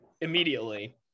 immediately